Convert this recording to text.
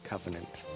Covenant